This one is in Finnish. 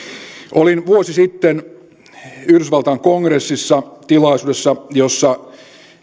olin vuosi sitten yhdysvaltain kongressissa tilaisuudessa jossa